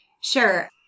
Sure